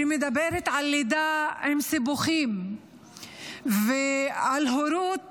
שמדברת על לידה עם סיבוכים ועל הורות